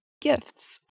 gifts